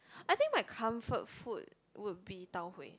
I think my comfort food would be Tau Huay